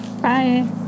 Bye